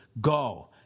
go